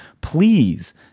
please